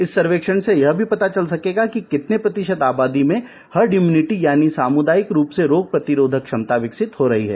इस सर्वेक्षण से यह भी पता चल सकेगा कि कितने प्रतिषत आबादी में हर्ड इम्यूनिटी यानि सामुदायिक रूप से रोग प्रतिरोधक क्षमता विकसित हो रही है